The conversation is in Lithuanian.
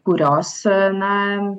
kurios na